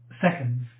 seconds